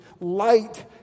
Light